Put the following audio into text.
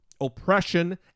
oppression